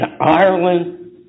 Ireland